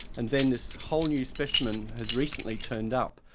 and then this whole new specimen has recently turned up.